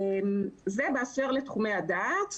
זה באשר לתחומי הדעת.